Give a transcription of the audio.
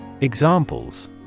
Examples